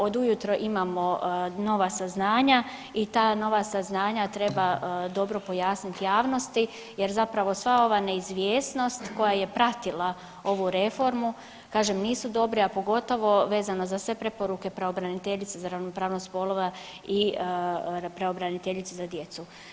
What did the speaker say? Od ujutro imamo nova saznanja i ta nova saznanja treba dobro pojasnit javnosti jer zapravo sva ova neizvjesnost koja je pratila ovu reformu, kažem nisu dobre, a pogotovo vezano za sve preporuke pravobraniteljice za ravnopravnost spolova i pravobraniteljice za djecu.